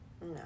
No